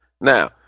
Now